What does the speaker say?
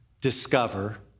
discover